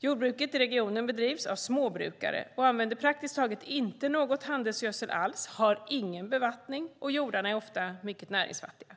Jordbruket i regionen bedrivs av småbrukare och använder praktiskt taget inte någon handelsgödsel alls, har ingen bevattning, och jordarna är ofta mycket näringsfattiga.